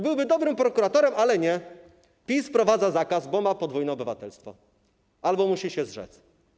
Byłby dobrym prokuratorem, ale nie, PiS wprowadza zakaz, bo ma podwójne obywatelstwo, musi się zrzec.